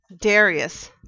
Darius